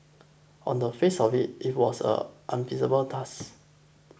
on the face of it it was a unenviable task